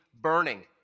burning